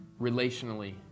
relationally